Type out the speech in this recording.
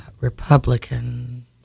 Republican